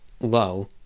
low